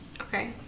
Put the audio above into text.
Okay